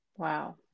Wow